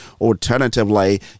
Alternatively